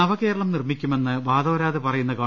നവകേരളം നിർമിക്കുമെന്ന് വാതോരാതെ പറയുന്ന ഗവ